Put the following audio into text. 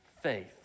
faith